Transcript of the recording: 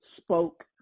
spoke